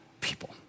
people